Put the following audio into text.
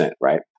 right